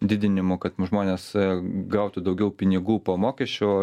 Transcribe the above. didinimu kad žmonės gautų daugiau pinigų po mokesčio